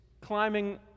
climbing